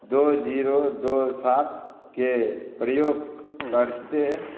दू जीरो दू सात के प्रयोग करते